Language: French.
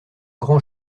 grand